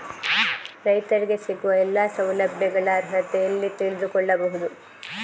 ರೈತರಿಗೆ ಸಿಗುವ ಎಲ್ಲಾ ಸೌಲಭ್ಯಗಳ ಅರ್ಹತೆ ಎಲ್ಲಿ ತಿಳಿದುಕೊಳ್ಳಬಹುದು?